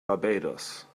barbados